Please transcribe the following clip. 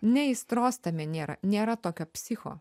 ne aistros tame nėra nėra tokio psicho